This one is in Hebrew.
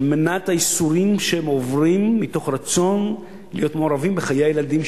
על מנת הייסורים שהם עוברים מתוך רצון להיות מעורבים בחיי הילדים,